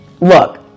Look